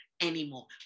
anymore